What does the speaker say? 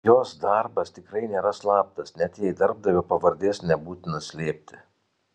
jos darbas tikrai nėra slaptas net jei darbdavio pavardės nebūtina slėpti